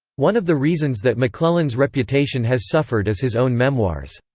one of the reasons that mcclellan's reputation has suffered is his own memoirs.